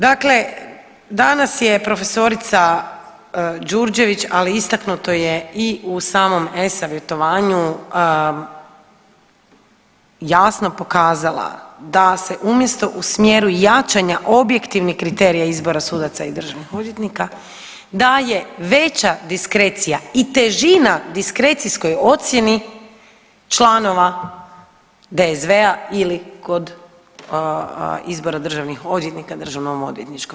Dakle, danas je profesorica Đurđević, ali istaknuto je i u samom e-Savjetovanju jasno pokazala da se umjesto u smjeru jačanja objektivnih kriterija izbora sudaca i državnih odvjetnika da je veća diskrecija i težina diskrecijskoj ocjeni članova DSV-a ili kod izbora državnih odvjetnika DOV-u.